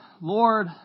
Lord